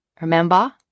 remember